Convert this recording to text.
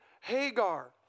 Hagar